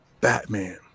Batman